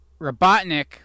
Robotnik